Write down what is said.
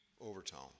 overtone